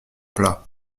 plats